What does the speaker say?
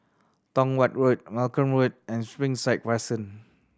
Tong Watt Road Malcolm Road and Springside Crescent